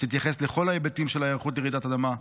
שתתייחס לכל ההיבטים של ההיערכות לרעידות אדמה,